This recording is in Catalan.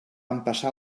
empassar